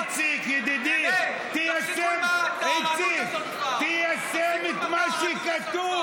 החקיקה, איציק, ידידי, תיישם את מה שכתוב.